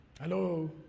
Hello